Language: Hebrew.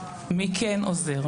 מי כן עוזר?